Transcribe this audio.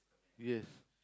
yes